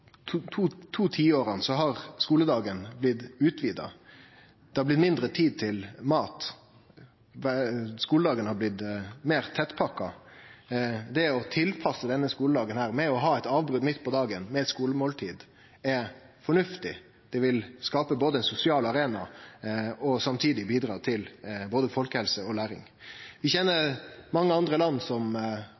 tiåra har skuledagen blitt utvida, og det har blitt mindre tid til mat. Skuledagen er blitt meir tettpakka. Det å tilpasse denne skuledagen med å ha eit avbrot midt på dagen, med eit skulemåltid, er fornuftig. Det vil skape ein sosial arena og samtidig bidra til både folkehelse og læring. Vi kjenner til mange land som